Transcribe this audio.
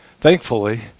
Thankfully